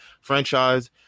franchise